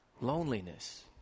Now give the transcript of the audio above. loneliness